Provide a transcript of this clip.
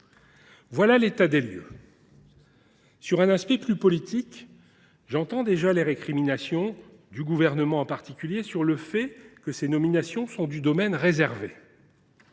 pour l’état des lieux. Sur un plan plus politique, j’entends déjà les récriminations, celles du Gouvernement, en particulier, quant au fait que ces nominations relèvent du domaine réservé.